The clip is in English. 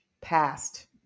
past